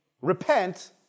Repent